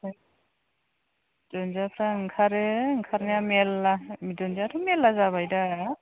दुन्दियाफ्रा ओंखारो ओंखारनायालाय मेरला दुन्दियाथ' मेरला जाबाय दा